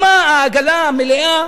מה העגלה המלאה,